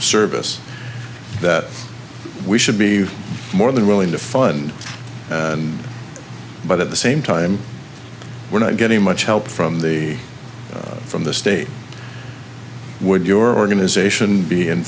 service that we should be more than willing to fund but at the same time we're not getting much help from the from the state would your organization be in